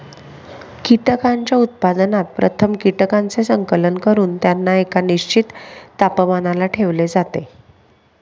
कीटकांच्या उत्पादनात प्रथम कीटकांचे संकलन करून त्यांना एका निश्चित तापमानाला ठेवले जाते